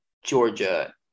Georgia